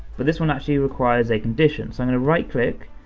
but this one actually requires a condition. so i'm gonna right click,